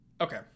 Okay